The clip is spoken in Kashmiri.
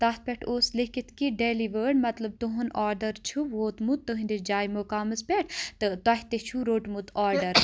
تَتھ پؠٹھ اوس لیٚکھِتھ کہِ ڈؠلوٲڈ مطلب تُہُند آرڈر چھُ ووتمُت تُہٕندِس جاے مُقامَس پؠٹھ تہٕ تۄہہِ تہِ چھو روٚٹمُت آرڈر